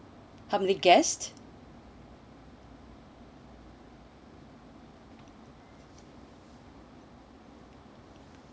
how many guests